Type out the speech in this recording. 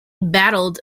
battled